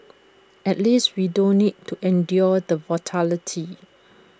at least we don't need to endure the volatility